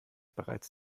bereits